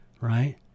right